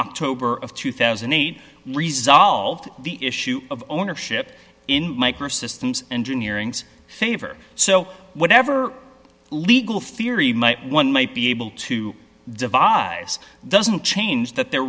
october of two thousand and eight resolved the issue of ownership in microsystems engineering's favor so whatever legal theory might one might be able to devise doesn't change that there